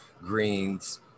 greens